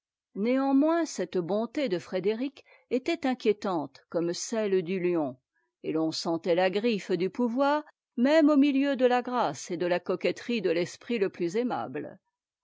néanmoins cette bonté de frédéric était inquiétante comme celle du lion et l'on sentait la griffe du pouvoir même au milieu de la grâce et de la coquetterie de l'esprit le plus aimable